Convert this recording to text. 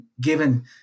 given